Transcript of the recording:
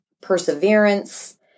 perseverance